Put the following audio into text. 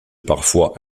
parfois